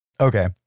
Okay